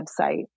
website